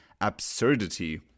absurdity